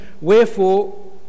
Wherefore